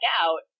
out